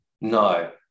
No